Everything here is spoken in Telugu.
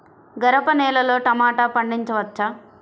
గరపనేలలో టమాటా పండించవచ్చా?